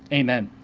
amen.